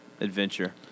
adventure